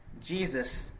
Jesus